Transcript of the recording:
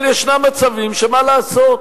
אבל ישנם מצבים, שמה לעשות,